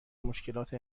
مشکلات